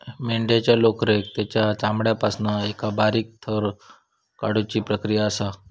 मेंढ्यांच्या लोकरेक तेंच्या चामड्यापासना एका बारीक थर काढुची प्रक्रिया असा